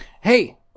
Hey